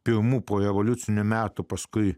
pigumu porevoliucinių metų paskui